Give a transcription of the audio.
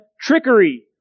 trickery